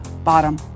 bottom